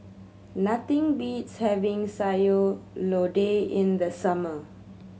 nothing beats having Sayur Lodeh in the summer